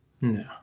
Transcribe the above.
no